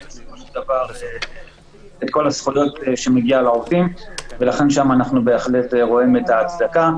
כלכליות מסוימות שניתנות לכל מי שנמצא בישראל,